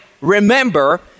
remember